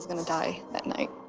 gonna die that night.